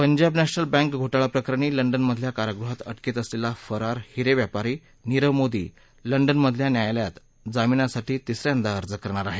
Punjab National Bank घोटाळा प्रकरणी लंडनमधल्या कारागृहात अटकेत असलेला फरार हिरे व्यापारी नीरव मोदी लंडनमधल्या न्यायालयात जामीनासाठी तिस यांदा अर्ज करणार आहे